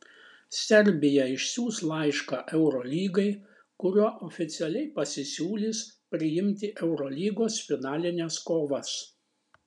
serbija išsiųs laišką eurolygai kuriuo oficialiai pasisiūlys priimti eurolygos finalines kovas